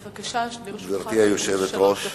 בבקשה, לרשותך שלוש דקות.